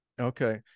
Okay